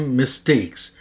mistakes